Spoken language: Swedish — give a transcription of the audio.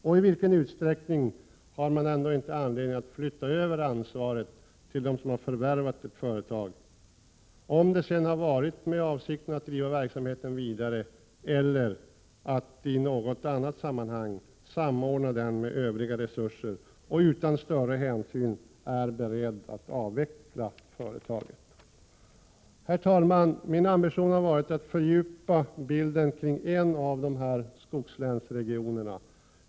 Och i vilken utsträckning har man ändå inte anledning att flytta över ansvaret till dem som har förvärvat ett företag, vare sig ägaren haft avsikten att driva verksamheten vidare eller att i något annat sammanhang samordna den med övriga resurser och utan större hänsyn är beredd att avveckla företaget? Herr talman! Min ambition har varit att fördjupa bilden kring en av skogslänsregionerna.